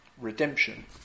redemption